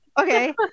Okay